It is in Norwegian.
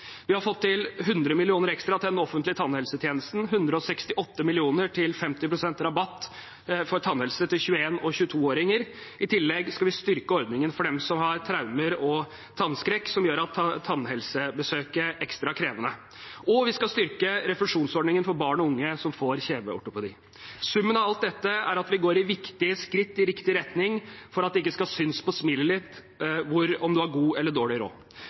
Vi har fått til 100 mill. kr ekstra til den offentlige tannhelsetjenesten, 168 mill. kr til 50 pst. rabatt for tannhelse til 21- og 22-åringer. I tillegg skal vi styrke ordningen for dem som har traumer og tannskrekk som gjør at tannhelsebesøket er ekstra krevende, og vi skal styrke refusjonsordningen for barn og unge som får kjeveortopedi. Summen av alt dette er at vi går viktige skritt i riktig retning for at det ikke skal synes på smilet ditt om du har god eller dårlig råd.